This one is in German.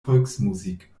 volksmusik